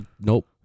nope